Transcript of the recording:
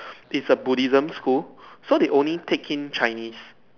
it's a Buddhism school so they only take in Chinese